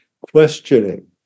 questioning